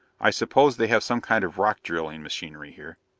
i suppose they have some kind of rock drilling machinery here?